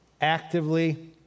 actively